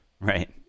Right